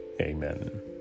amen